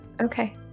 Okay